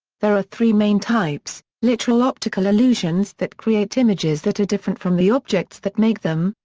there are three main types literal optical illusions that create images that are different from the objects that make them,